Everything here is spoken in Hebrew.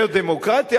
זה דמוקרטיה?